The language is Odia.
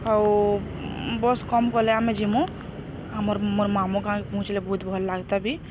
ଆଉ ବସ୍ କମ୍ କଲେ ଆମେ ଯିମୁ ଆମର୍ ମୋର ମାମୁଁ କାଇଁ ପହଞ୍ଚିଲେ ବହୁତ ଭଲ ଲାଗତା ବି